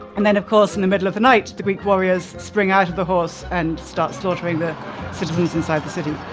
and then, of course, in and the middle of the night, the greek warriors spring out of the horse and start slaughtering the citizens inside the city